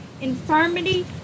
Infirmity